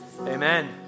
amen